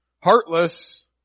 heartless